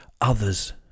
others